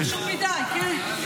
זה חשוב מדי, כן.